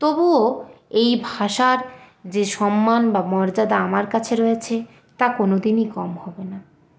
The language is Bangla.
তবুও এই ভাষার যে সম্মান বা মর্যাদা আমার কাছে রয়েছে তা কোনদিনই কম হবে না